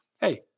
hey